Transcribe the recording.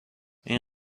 این